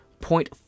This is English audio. Point